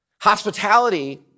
Hospitality